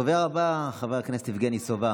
הדובר הבא הוא חבר הכנסת יבגני סובה.